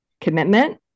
commitment